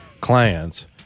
clients